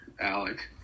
Alec